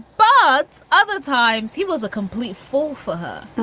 but other times, he was a complete fool for her